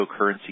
cryptocurrency